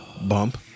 bump